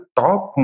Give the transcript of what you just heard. top